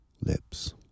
lips